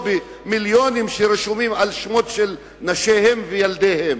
במיליונים שרשומים על שמות נשיהם וילדיהם.